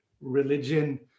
religion